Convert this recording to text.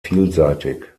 vielseitig